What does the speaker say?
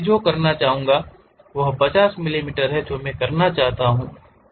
मैं जो करना चाहूंगा वह 50 मिलीमीटर है जो मैं करना चाहूंगा